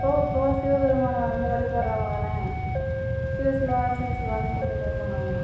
போக போக சிவபெருமானை வந்து வழிபடுறவங்க தானே சிவ சிவா சிவ சிவான்னு கூப்பிடுட்டே போனாங்களாம்